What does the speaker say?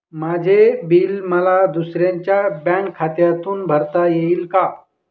माझे बिल मला दुसऱ्यांच्या बँक खात्यातून भरता येईल का?